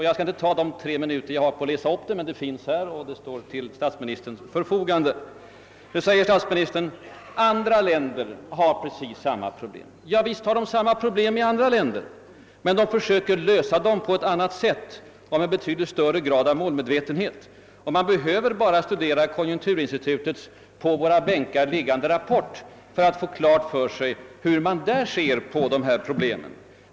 Jag skall inte använda de tre minuterna jag har på mig för att läsa upp dem, men de finns här och står till statsministerns förfogande. Vidare säger statsministern att andra länder har precis samma problem. Javisst har andra länder samma problem, men de försöker lösa dem på ett annat sätt och med betydligt större grad av målmedvetenhet. Man behöver bara studera konjunkturinstitutets på våra bänkar liggande rapport för att få klart för sig, hur man där ser på problematiken.